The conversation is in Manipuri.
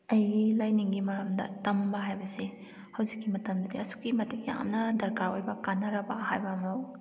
ꯑꯩꯒꯤ ꯂꯥꯏꯅꯤꯡꯒꯤ ꯃꯔꯝꯗ ꯇꯝꯕ ꯍꯥꯏꯕꯁꯦ ꯍꯧꯖꯤꯛꯀꯤ ꯃꯇꯝꯗꯗꯤ ꯑꯁꯨꯛꯀꯤ ꯃꯇꯤꯛ ꯌꯥꯝꯅ ꯗꯔꯀꯥꯔ ꯑꯣꯏꯕ ꯀꯥꯟꯅꯔꯕ ꯍꯥꯏꯕ ꯑꯃ